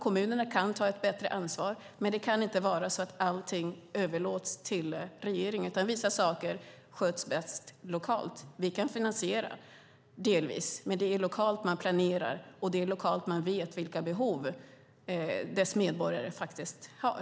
Kommunerna kan ta ett bättre ansvar. Men det kan inte vara så att allting överlåts till regeringen, utan vissa saker sköts bäst lokalt. Vi kan delvis finansiera, men det är lokalt man planerar, och det är lokalt man vet vilka behov medborgarna har.